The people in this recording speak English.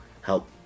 help